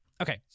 Okay